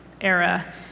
era